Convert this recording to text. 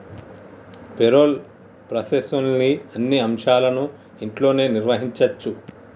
payroll ప్రాసెస్లోని అన్ని అంశాలను ఇంట్లోనే నిర్వహించచ్చు